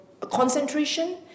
concentration